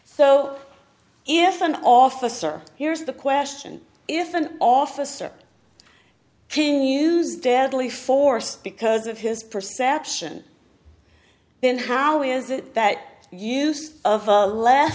so if an officer here's the question if an officer can use deadly force because of his perception then how is it that use of